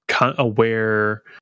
aware